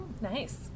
Nice